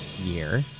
year